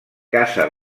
casa